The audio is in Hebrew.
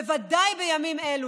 בוודאי בימים אלה,